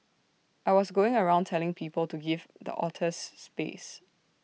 I was going around telling people to give the otters space